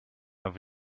have